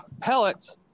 pellets